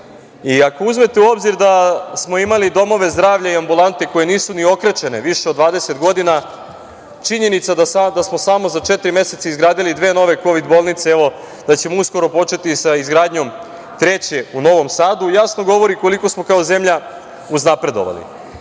uzmete u obzir da smo imali domove zdravlja i ambulante koje nisu ni okrečene viš od 20 godina, činjenica da smo samo za četiri meseca izgradili dve nove kovid bolnice, evo da ćemo uskoro početi sa izgradnjom treće u Novom Sadu, jasno govori koliko smo kao zemlja uznapredovali. Sve